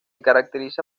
caracteriza